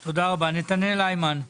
היימן,